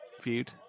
feud